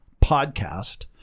podcast